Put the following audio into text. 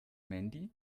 mandy